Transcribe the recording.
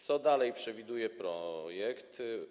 Co dalej przewiduje projekt?